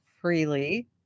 freely